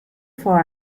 for